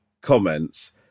comments